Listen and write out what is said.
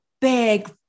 big